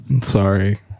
sorry